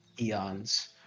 eons